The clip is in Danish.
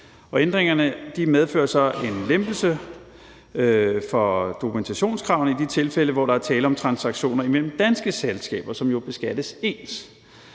ændringerne medfører så en lempelse af dokumentationskravene i de tilfælde, hvor der er tale om transaktioner imellem danske selskaber, som jo beskattes ens,